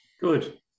Good